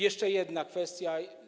Jeszcze jedna kwestia.